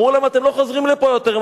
אמרו להם: אתם לא חוזרים לפה יותר.